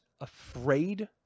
afraid